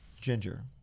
Ginger